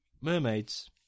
mermaids